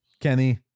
Kenny